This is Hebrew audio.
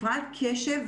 הפרעת קשב,